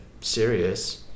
serious